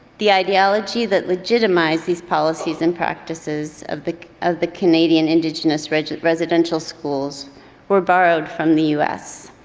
the ideology that legitimize these policies and practices of the of the canadian indigenous regiment residential schools were borrowed from the us.